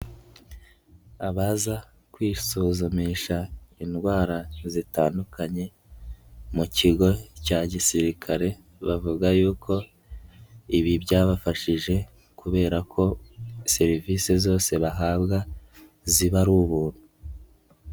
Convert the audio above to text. Abaza kwisuzumisha indwara zitandukanye, mu kigo cya gisirikare, bavuga yuko ibi byabafashije kubera ko serivisi zose bahabwa, ziba ari ubuntu.